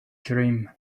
dream